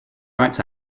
rights